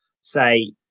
say